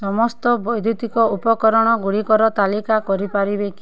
ସମସ୍ତ ବୈଦ୍ୟୁତିକ ଉପକରଣ ଗୁଡ଼ିକର ତାଲିକା କରିପାରିବେ କି